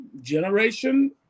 Generation